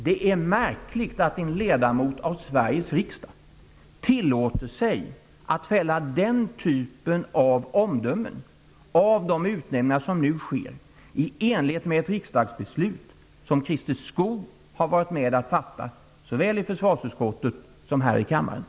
Det är märkligt att en ledmot av Sveriges riksdag tillåter sig att fälla den typen av omdömen om de utnämningar som nu sker, i enlighet med ett riksdagsbeslut som han själv har varit med om att fatta, såväl i försvarsutskottet som här i kammaren.